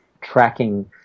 tracking